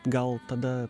gal tada